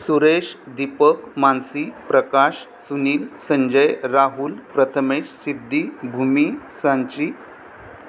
Suresh Deepak Mansi Prakash Sunil Sanjay Rahul Prathamesh Siddhi Bhumi Sanchi